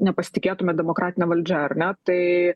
nepasitikėtumėt demokratine valdžia ar ne tai